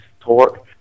torque